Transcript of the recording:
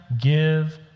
give